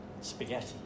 spaghetti